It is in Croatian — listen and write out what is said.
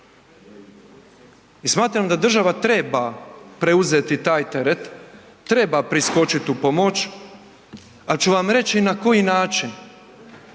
I smatram da država treba preuzeti taj teret, treba priskočiti u pomoć, ali ću vam reći i na koji način.